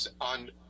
on